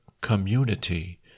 community